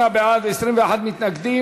28 בעד, 21 מתנגדים.